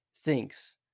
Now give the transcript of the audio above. thinks